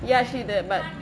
ya she did but